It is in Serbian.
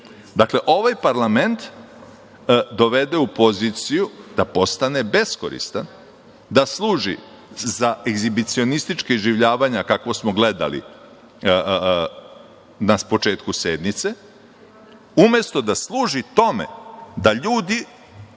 dakle, ovaj parlament dovede u poziciju da postane beskoristan, da služi za egzibicionistička iživljavanja kakva smo gledali na početku sednice, umesto da služi tome da ljudi